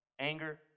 anger